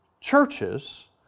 churches